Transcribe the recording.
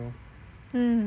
mm